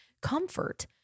Comfort